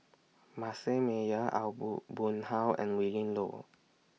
Manasseh Meyer Aw Boon Haw and Willin Low